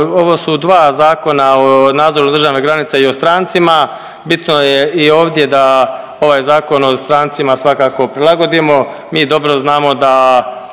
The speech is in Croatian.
ovo su dva zakona o nadzoru državne granice i o strancima. Bitno je i ovdje da ovaj Zakon o strancima svakako prilagodimo. Mi dobro znamo da